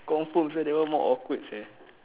confirm so that one more awkward [sial]